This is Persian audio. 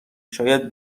شاید